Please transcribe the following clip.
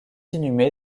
inhumé